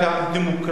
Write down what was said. דמוקרטי,